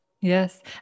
Yes